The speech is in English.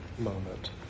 Moment